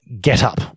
get-up